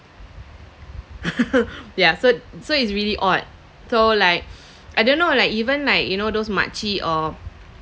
ya so so it's really odd so like I don't know like even like you know those mak cik or